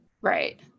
right